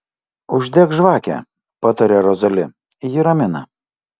uždek žvakę pataria rozali ji ramina